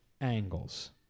angles